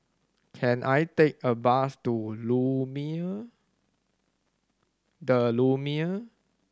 can I take a bus to Lumiere The Lumiere